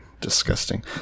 Disgusting